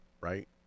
right